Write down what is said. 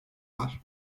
var